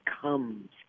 comes